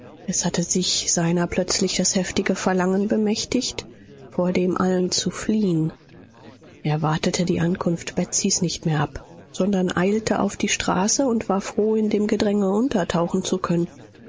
es hatte sich seiner plötzlich das heftige verlangen bemächtigt vor dem allen zu fliehen er wartete die ankunft betsys nicht mehr ab sondern eilte auf die straße und war froh in dem gedränge untertauchen zu können